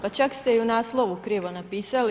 Pa čak se i u naslovnu krivo napisali.